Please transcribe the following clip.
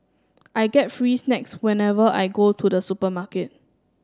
I get free snacks whenever I go to the supermarket